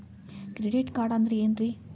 Credit card ಅಂದ್ರ ಏನ್ರೀ?